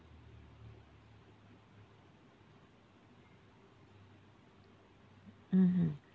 mmhmm